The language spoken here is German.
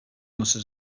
musste